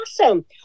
awesome